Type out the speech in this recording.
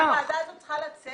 צריכים לצאת